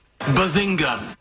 Bazinga